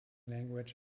language